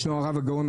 ישנו הרב הגאון,